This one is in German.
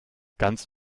ganz